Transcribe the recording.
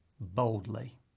boldly